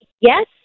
yes